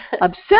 obsessed